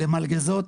למלגזות,